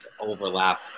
overlap